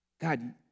God